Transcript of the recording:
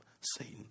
Satan